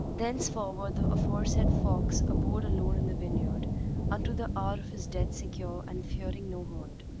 thenceforward the aforesaid fox abode alone in the vineyard unto the hour of his death secure and fearing no hurt.